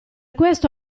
questo